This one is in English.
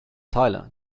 tyler